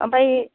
ओमफ्राय